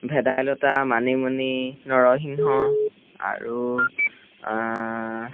ভেদাইলতা মানিমুনি নৰসিংহ আৰু